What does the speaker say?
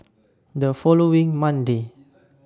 The following Monday